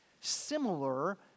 similar